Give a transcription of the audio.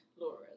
Laura